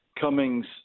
Cummings